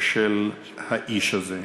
של האיש הזה.